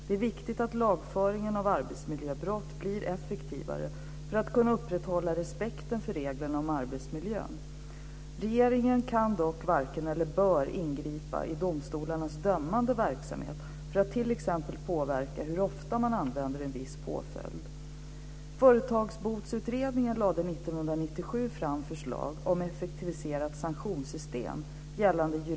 Det är viktigt att lagföringen av arbetsmiljöbrott blir effektivare för att man ska kunna upprätthålla respekten för reglerna om arbetsmiljön. Regeringen varken kan eller bör dock ingripa i domstolarnas dömande verksamhet för att t.ex. påverka hur ofta man använder en viss påföljd.